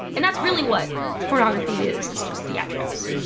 and that's really what pornography is is just theatrics.